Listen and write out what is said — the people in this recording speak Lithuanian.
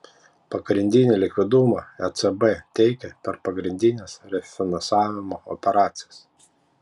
pagrindinį likvidumą ecb teikia per pagrindines refinansavimo operacijas